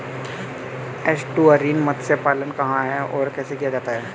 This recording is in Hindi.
एस्टुअरीन मत्स्य पालन कहां और कैसे किया जाता है?